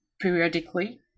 periodically